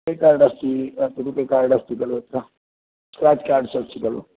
credit card अस्ति अथवा RuPay card अस्ति खलु अत्र स्क्यार्च् कार्ड्स् अस्ति खलु